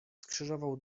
skrzyżował